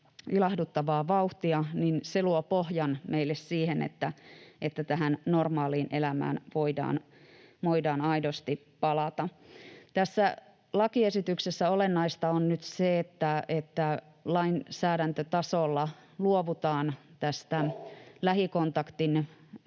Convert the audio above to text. ilahduttavaa vauhtia, niin se luo pohjan meille siihen, että tähän normaaliin elämään voidaan aidosti palata. Tässä lakiesityksessä olennaista on nyt se, että lainsäädäntötasolla luovutaan tästä lähikontaktin